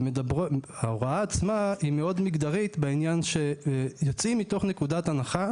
ההוראה עצמה היא מאוד מגדרית בעניין שיוצאים מתוך נקודת הנחה,